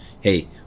hey